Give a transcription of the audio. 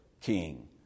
king